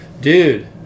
dude